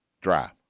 drive